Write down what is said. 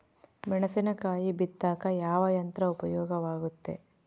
ಮೆಣಸಿನಕಾಯಿ ಬಿತ್ತಾಕ ಯಾವ ಯಂತ್ರ ಉಪಯೋಗವಾಗುತ್ತೆ?